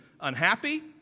Unhappy